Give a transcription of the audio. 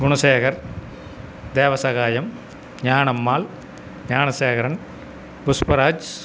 Gunasekar Devasagayam Gnanammal Gnanasekaran Pushparaj